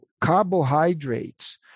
carbohydrates